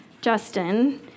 Justin